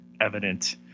evident